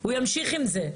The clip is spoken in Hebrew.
הוא ימשיך עם זה.